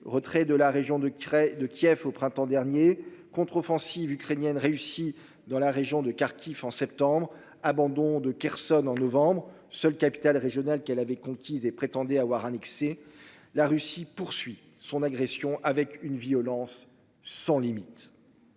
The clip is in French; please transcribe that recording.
retrait de la région de craie de Kiev au printemps dernier. Offensive ukrainienne réussie dans la région de Kharkiv en septembre. Abandon de Kherson en novembre, seule capitale régionale qu'elle avait conquise et prétendait avoir annexé la Russie poursuit son agression avec une violence sans limite.